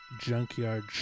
junkyard